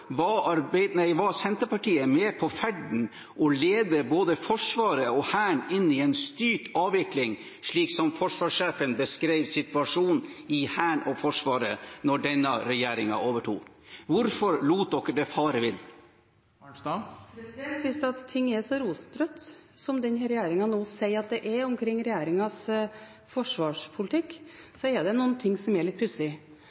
var Senterpartiet med på ferden å lede både Forsvaret og Hæren inn i en styrt avvikling, slik som forsvarssjefen beskrev situasjonen i Hæren og Forsvaret da denne regjeringen overtok? Hvorfor lot man det fare? Hvis ting er så rosenrødt som denne regjeringen nå sier at det er